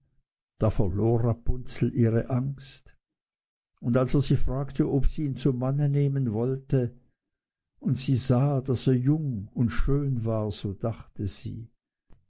rapunzel ihre angst und als er sie fragte ob sie ihn zum mann nehmen wollte und sie sah daß er jung und schön war so dachte sie